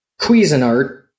Cuisinart